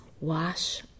wash